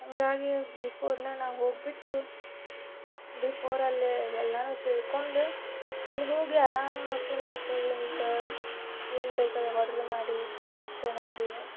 ಹಾಗಾಗಿ ಬಿಫೋರ್ನೇ ನಾವು ಹೋಗಿಬಿಟ್ಟು ಬಿಫೋರಲ್ಲಿ ಎಲ್ಲನೂ ತಿಳ್ಕೊಂಡು ಅಲ್ಲಿ ಹೋಗಿ ಆರಾಮಾಗಿ ಕುಂತು ಗಿಂತು ಏನ್ಬೇಕಾದರೂ ಆರ್ಡ್ರು ಮಾಡಿ ಟೇಶ್ಟ್ ನೋಡಿ